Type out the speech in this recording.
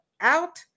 out